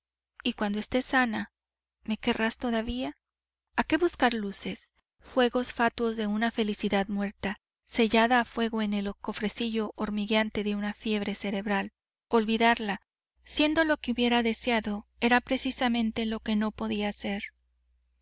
y cuando esté sana me querrás todavía a qué buscar luces fuegos fatuos de una felicidad muerta sellada a fuego en el cofrecillo hormigueante de una fiebre cerebral olvidarla siendo lo que hubiera deseado era precisamente lo que no podía hacer